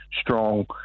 strong